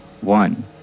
One